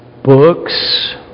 Books